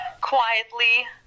quietly